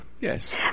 Yes